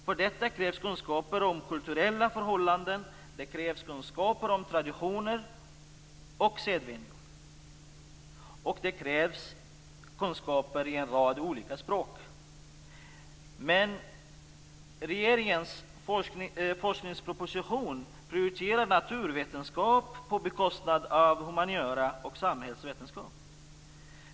För detta krävs kunskaper om kulturella förhållanden, kunskaper om traditioner och sedvänjor. Det krävs också kunskaper i en rad olika språk. Men regeringens forskningsproposition prioriterar naturvetenskap på bekostnad av humaniora och samhällsvetenskap.